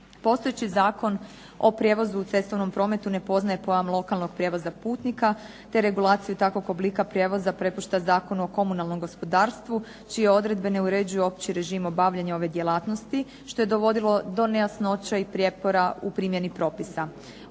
Postojeći Zakon o prijevozu u cestovnom prometu ne poznaje pojam lokalnog prijevoza putnika te regulaciju takvog oblika prijevoza prepušta Zakonu o komunalnom gospodarstvu čije odredbe ne uređuju opći režim obavljanja ove djelatnosti što je dovodilo do nejasnoća i prijepora u primjeni propisa.